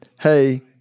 Hey